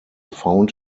found